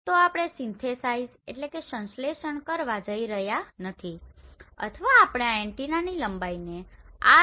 તો આપણે સીન્થેસાઈઝSynthesizeસંશ્લેષણ કરવા જઈ રહ્યા નથી અથવા આપણે આ એન્ટેનાની લંબાઈને આર